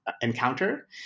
encounter